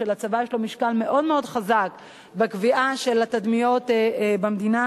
שלצבא יש משקל מאוד-מאוד חזק בקביעה של התדמיות במדינה,